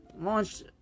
launched